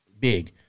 big